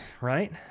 right